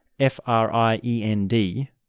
F-R-I-E-N-D